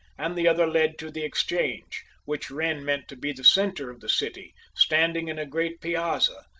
and the other led to the exchange, which wren meant to be the centre of the city, standing in a great piazza,